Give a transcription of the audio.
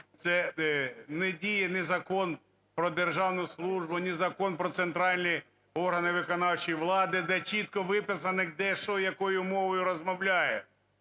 це не діє ні Закон "Про державну службу", ні Закон "Про центральні органи виконавчої влади", де чітко виписано де, що і якою мовою розмовляє.